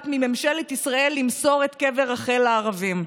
מממשלת ישראל למסור את קבר רחל לערבים.